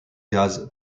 gaz